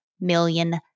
million